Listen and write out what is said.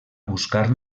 buscar